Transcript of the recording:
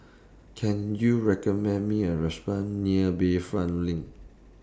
Can YOU recommend Me A Restaurant near Bayfront LINK